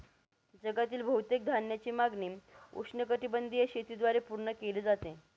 जगातील बहुतेक धान्याची मागणी उष्णकटिबंधीय शेतीद्वारे पूर्ण केली जाते